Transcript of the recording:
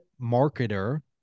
marketer